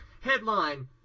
Headline